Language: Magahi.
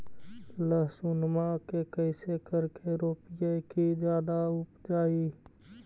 लहसूनमा के कैसे करके रोपीय की जादा उपजई?